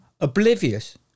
oblivious